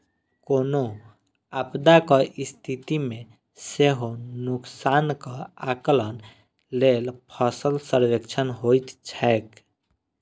कोनो आपदाक स्थिति मे सेहो नुकसानक आकलन लेल फसल सर्वेक्षण होइत छैक